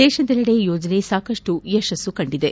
ದೇಶದೆಲ್ಲಡೆ ಯೋಜನೆ ಸಾಕಷ್ಟು ಯಶಸ್ಸು ಕಂಡಿದೆ